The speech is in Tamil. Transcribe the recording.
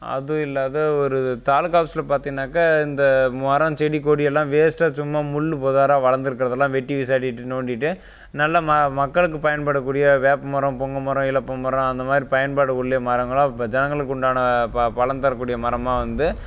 அதுவும் இல்லாது ஒரு தாலுக்கா ஆஃபிஸ்சில் பார்த்தீன்னாக்கா இந்த மரம் செடி கொடி எல்லாம் வேஸ்ட்டாக சும்மா முள் புதரா வளர்ந்துருக்கறதெல்லாம் வெட்டி வீசாடிவிட்டு நோண்டிவிட்டு நல்லா மா மக்களுக்கு பயன்படக்கூடிய வேப்ப மரம் புங்கை மரம் இலுப்பை மரம் அந்த மாதிரி பயன்பாடு உள்ள மரங்களெல்லாம் இப்போ ஜனங்களுக்கு உண்டான ப பயன்தரக்கூடிய மரமாக வந்து